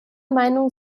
meinung